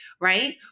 right